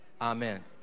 amen